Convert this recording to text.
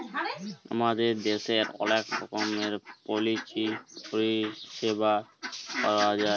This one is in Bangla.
আমাদের দ্যাশের অলেক রকমের পলিচি পরিছেবা পাউয়া যায়